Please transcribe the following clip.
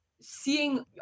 seeing